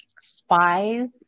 spies